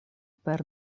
per